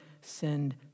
send